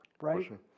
right